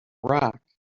rock